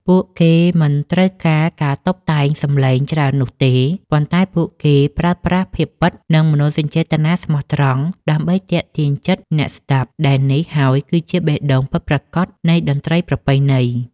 ពួកគេមិនត្រូវការការតុបតែងសំឡេងច្រើននោះទេ ប៉ុន្តែពួកគេប្រើប្រាស់ភាពពិត និង មនោសញ្ចេតនាស្មោះត្រង់ ដើម្បីទាក់ទាញចិត្តអ្នកស្តាប់ ដែលនេះហើយគឺជាបេះដូងពិតប្រាកដនៃតន្ត្រីប្រពៃណី។